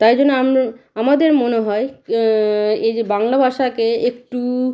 তাই জন্য আমাদের মনে হয় এই যে বাংলা ভাষাকে একটু